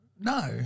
No